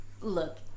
look